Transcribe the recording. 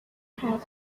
has